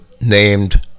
named